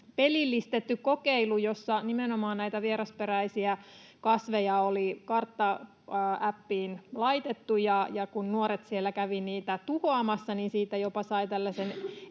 pelillistetty kokeilu, jossa nimenomaan näitä vierasperäisiä kasveja oli karttaäppiin laitettu, ja kun nuoret siellä kävivät niitä tuhoamassa, niin siitä jopa sai tällaisen